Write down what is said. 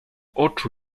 oczu